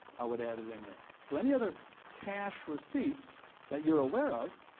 i would add it in there. so any other cash receipts that you're aware of,